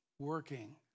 working